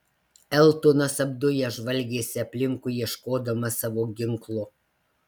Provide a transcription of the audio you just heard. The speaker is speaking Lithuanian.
eltonas apdujęs žvalgėsi aplinkui ieškodamas savo ginklo